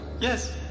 Yes